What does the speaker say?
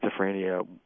schizophrenia